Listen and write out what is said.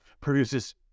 produces